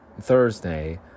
thursday